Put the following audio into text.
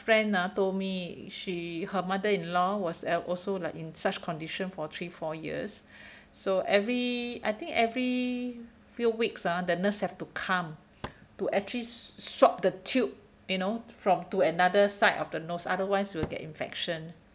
friend ah told me she her mother in law was also like in such condition for three four years so every I think every few weeks ah the nurse have to come to actually swap the tube you know from to another side of the nose otherwise will get infection